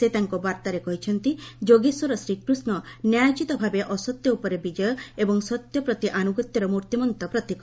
ସେ ତାଙ୍କ ବାର୍ତ୍ତାରେ କହିଚ୍ଚନ୍ତି ଯୋଗେଶ୍ୱର ଶ୍ରୀକୃଷ୍ଣ ନ୍ୟାୟୋଚିତ ଭାବେ ଅସତ୍ୟ ଉପରେ ବିଜୟ ଏବଂ ସତ୍ୟ ପ୍ରତି ଆନୁଗତ୍ୟର ମୂର୍ତ୍ତିମନ୍ତ ପ୍ରତୀକ